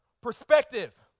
perspective